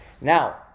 Now